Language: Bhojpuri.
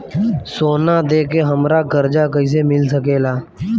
सोना दे के हमरा कर्जा कईसे मिल सकेला?